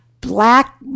black